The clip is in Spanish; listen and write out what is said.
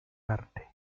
arte